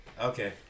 Okay